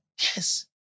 Yes